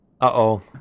Uh-oh